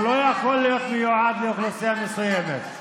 הוא לא יכול להיות מיועד לאוכלוסייה מסוימת,